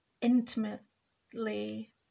intimately